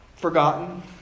Forgotten